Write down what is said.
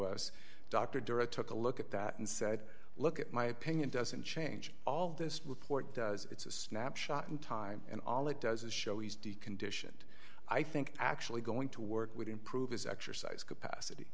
us dr dura took a look at that and said look at my opinion doesn't change all this report does it's a snapshot in time and all it does is show he's deconditioned i think actually going to work would improve his exercise capacity